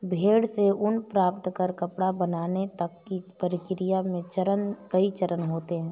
भेड़ से ऊन प्राप्त कर कपड़ा बनाने तक की प्रक्रिया में कई चरण होते हैं